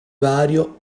vario